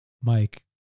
Mike